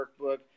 workbook